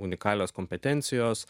unikalios kompetencijos